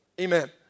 Amen